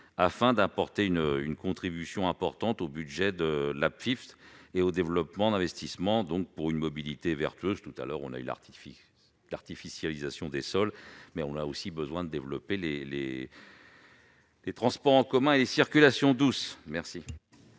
afin d'apporter une une contribution importante au budget de l'actif et au développement d'investissement donc pour une mobilité vertueuse tout à l'heure, on a eu l'artifice, l'artificialisation des sols mais on a aussi besoin de développer les, les, les transports en commun et des circulations douces, merci.